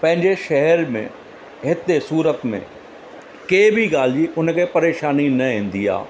पंहिंजे शहर में हिते सूरत में कंहिं बि ॻाल्हि जी हुन खे परेशानी न ईंदी आहे